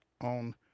on